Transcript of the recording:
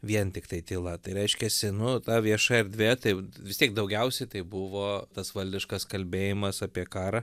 vien tiktai tyla tai reiškiasi nu ta vieša erdvė tai vis tiek daugiausiai tai buvo tas valdiškas kalbėjimas apie karą